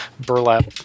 burlap